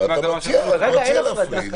אין הפרדה.